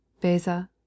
Beza